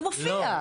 זה מופיע.